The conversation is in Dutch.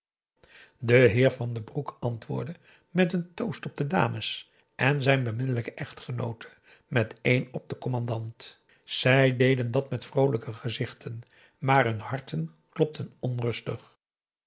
de heer van den broek antwoordde met een toast op de dames en zijn beminnelijke echtgenoote met een op den commandant zij deden dat met vroolijke gezichten maar hun harten klopten onrustig